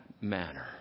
manner